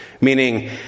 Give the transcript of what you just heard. meaning